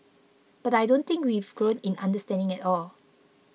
but I don't think we've grown in understanding at all